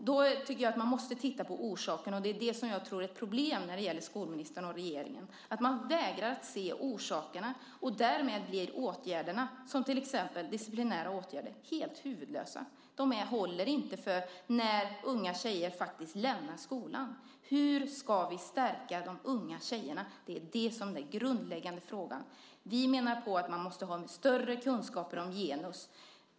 Då tycker jag att man måste titta på orsakerna, och det är det som jag tror är ett problem när det gäller skolministern och regeringen: Man vägrar se orsakerna, och därmed blir åtgärderna, som till exempel disciplinära åtgärder, helt huvudlösa. De håller inte för när unga tjejer faktiskt lämnar skolan. Hur ska vi stärka de unga tjejerna? Det är det som är den grundläggande frågan. Vi menar att man måste ha större kunskaper om genus.